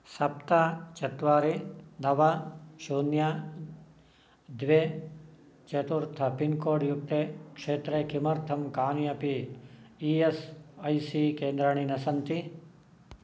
सप्त चत्वारि नव शून्यं द्वे चतुर्थं पिन्कोड्युक्ते क्षेत्रे किमर्थं कानि अपि ई एस् ऐ सी केन्द्राणि न सन्ति